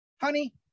honey